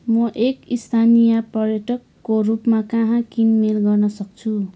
म एक स्थानीय पर्यटकको रूपमा कहाँ किनमेल गर्नसक्छु